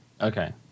Okay